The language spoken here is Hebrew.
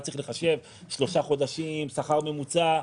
צריך לחשב שלושה חודשים שכר ממוצע.